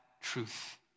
truth